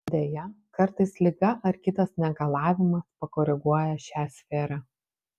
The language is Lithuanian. deja kartais liga ar kitas negalavimas pakoreguoja šią sferą